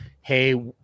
Hey